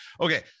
okay